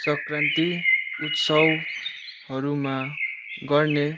सङ्क्रान्ति उत्सवहरूमा गर्ने